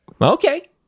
Okay